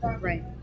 right